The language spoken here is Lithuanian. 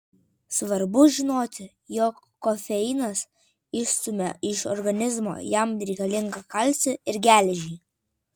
svarbu žinoti jog kofeinas išstumia iš organizmo jam reikalingą kalcį ir geležį